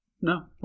No